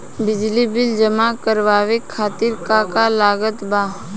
बिजली बिल जमा करावे खातिर का का लागत बा?